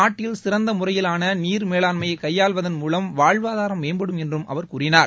நாட்டில் சிறந்த முறையிலான நீர் மேலாண்மையை கையாள்வதன் மூலம் வாழ்வாதாரம் மேம்படும் என்று கூறினார்